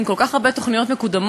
אם כל כך הרבה תוכניות מקודמות,